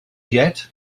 yet